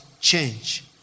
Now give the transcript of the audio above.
change